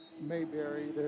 Mayberry